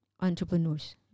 entrepreneurs